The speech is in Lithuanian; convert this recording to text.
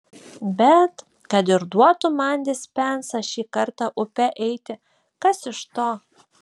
bet kad ir duotų man dispensą šį kartą upe eiti kas iš to